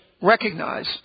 recognize